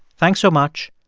thanks so much.